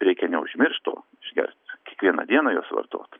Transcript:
reikia neužmiršt to išgert kiekvieną dieną juos vartot